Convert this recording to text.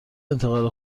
انتقال